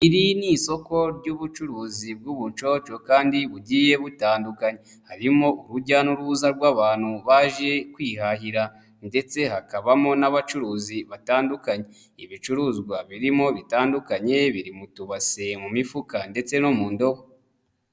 lri n'isoko ry'ubucuruzi bw'ubucoco kandi bugiye butandukanye, harimo urujya n'uruza rw'abantu baje kwihahira, ndetse hakabamo n'abacuruzi batandukanye ,ibicuruzwa birimo bitandukanye, biri mu tubase, mu mifuka, ndetse no mu ndobo.